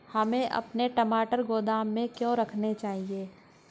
हमें अपने टमाटर गोदाम में क्यों रखने चाहिए?